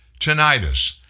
tinnitus